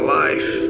life